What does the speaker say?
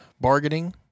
bargaining